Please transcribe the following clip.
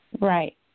Right